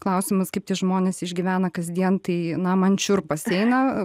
klausimas kaip tie žmonės išgyvena kasdien tai na man šiurpas eina